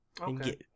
Okay